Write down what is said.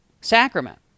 sacrament